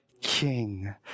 king